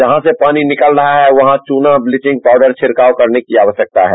जहां से पानी निकल रहा है वहां चूना ब्लीचिंग पावडर छिड़काव करने की जरूरत है